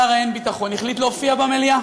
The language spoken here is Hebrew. שר האין-ביטחון החליט להופיע במליאה.